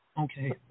okay